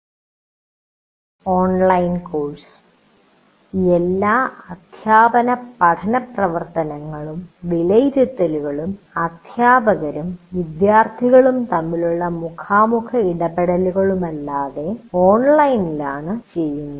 online course എല്ലാ അധ്യാപന പഠന പ്രവർത്തനങ്ങളും വിലയിരുത്തലുകളും അധ്യാപകരും വിദ്യാർത്ഥികളും തമ്മിലുള്ള മുഖാമുഖ ഇടപെടലുകളില്ലാതെ ഓൺലൈനിൽ ആണ് ചെയ്യുന്നത്